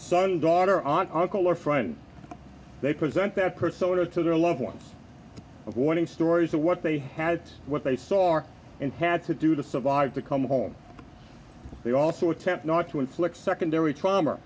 son daughter on uncle or friend they present that person or to their loved ones of warning stories of what they had what they saw and had to do to survive to come home they also attempt not to inflict secondary t